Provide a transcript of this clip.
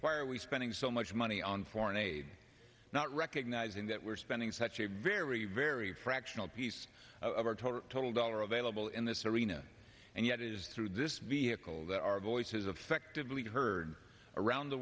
why are we spending so much money on foreign aid not recognizing that we're spending such a very very fractional piece of our total total dollar available in this arena and yet it is through this vehicle that our voices affectively heard around the